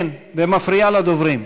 כן, ומפריעה לדוברים.